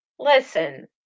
Listen